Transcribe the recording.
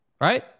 right